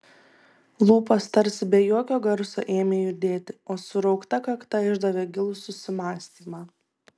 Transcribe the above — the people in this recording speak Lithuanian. lūpos tarsi be jokio garso ėmė judėti o suraukta kakta išdavė gilų susimąstymą